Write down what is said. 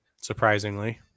surprisingly